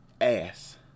Ass